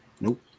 Nope